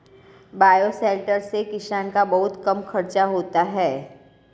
bioshelter से किसान का बहुत कम खर्चा होता है